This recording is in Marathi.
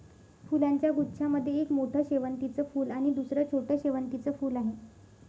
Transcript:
फुलांच्या गुच्छा मध्ये एक मोठं शेवंतीचं फूल आणि दुसर छोटं शेवंतीचं फुल आहे